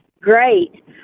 Great